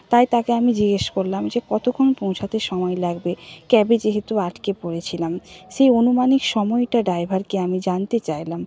তাই তাকে আমি জিজ্ঞেস করলাম যে কতক্ষণ পৌঁছাতে সময় লাগবে ক্যাবে যেহেতু আটকে পড়েছিলাম সেই আনুমানিক সময়টা আমি ড্রাইভারকে জানতে চাইলাম